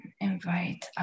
invite